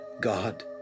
God